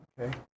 Okay